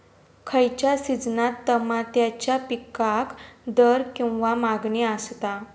खयच्या सिजनात तमात्याच्या पीकाक दर किंवा मागणी आसता?